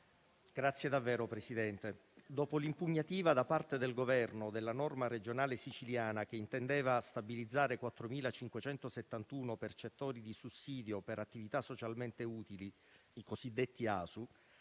(M5S). Signor Presidente, dopo l’impugnativa da parte del Governo della norma regionale siciliana che intendeva stabilizzare 4.571 percettori di sussidio per attività socialmente utili (ASU),